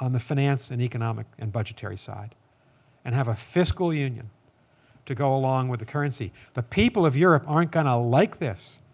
on the finance and economic and budgetary side and have a fiscal union to go along with the currency. the people of europe aren't going to like this.